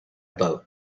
boat